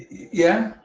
yeah?